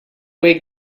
wake